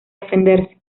defenderse